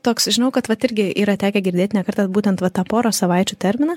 toks žinau kad vat irgi yra tekę girdėt ne kartą būtent va tą poros savaičių terminą